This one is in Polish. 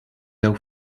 dał